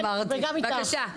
בבקשה.